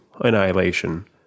Annihilation